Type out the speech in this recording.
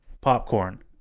Popcorn